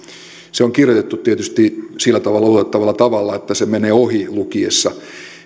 se on kirjotettu tietysti sillä tavalla että se menee ohi lukiessa